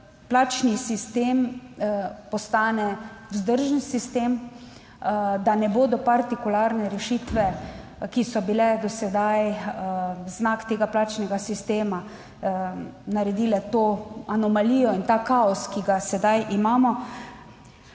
plačni sistem postane vzdržen sistem, da ne bodo partikularne rešitve, ki so bile do sedaj znak tega plačnega sistema, naredile to anomalijo in ta kaos, ki ga sedaj imamo